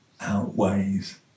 outweighs